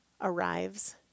arrives